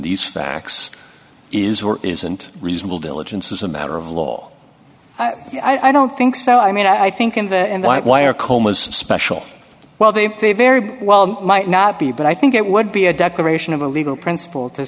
these facts is or isn't reasonable diligence is a matter of law i don't think so i mean i think invest and i wire coma's special well they they very well might not be but i think it would be a declaration of a legal principle to